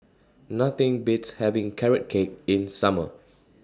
Nothing Beats having Carrot Cake in Summer